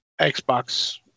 xbox